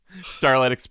Starlight